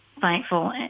thankful